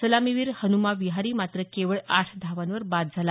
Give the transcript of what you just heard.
सलामीवीर हनुमा विहारी मात्र केवळ आठ धावांवर बाद झाला